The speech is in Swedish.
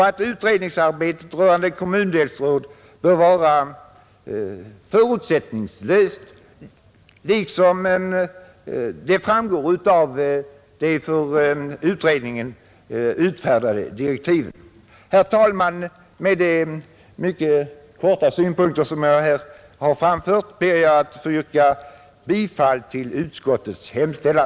Att utredningsarbetet rörande kommundelsråd bör vara förutsättningslöst framgår av de för utredningen utfärdade direktiven. Herr talman! Med de mycket korta synpunkter som jag här har framfört ber jag att få yrka bifall till utskottets hemställan.